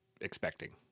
expecting